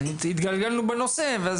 התגלגלנו בנושא.